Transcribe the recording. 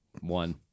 One